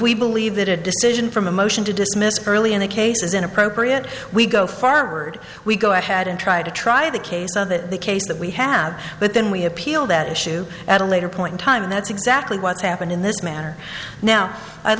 we believe that a decision from a motion to dismiss early in a case is inappropriate we go forward we go ahead and try to try the key so that the case that we have but then we appeal that issue at a later point in time and that's exactly what's happened in this manner now i'd